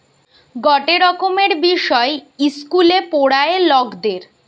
গটে রকমের বিষয় ইস্কুলে পোড়ায়ে লকদের